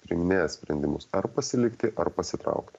priiminėja sprendimus ar pasilikti ar pasitraukt